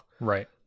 Right